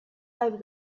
over